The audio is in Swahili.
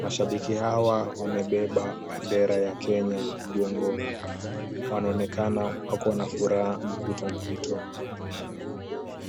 Mashabiki hawa wamebeba bendera ya Kenya mgongoni. Wanaonekana wakiwa na furaha mpwito mpwito.